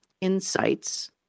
insights